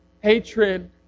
hatred